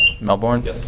Melbourne